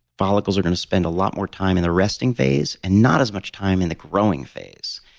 follicles are going to spend a lot more time in the resting phase and not as much time in the growing phase.